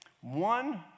One